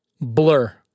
blur